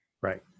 Right